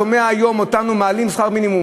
שומע היום אותנו מעלים את שכר המינימום